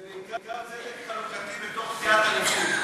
זה בעיקר צדק חלוקתי בתוך סיעת הליכוד.